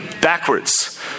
Backwards